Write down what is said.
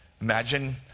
Imagine